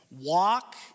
Walk